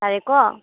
ꯌꯥꯔꯦꯀꯣ